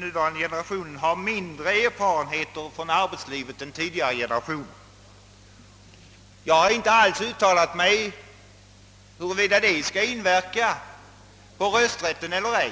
nuvarande generationen inte har så stor erfarenhet från arbetslivet som den tidigare generationen hade. Jag har inte uttalat mig om hur detta skall inverka på rösträtten.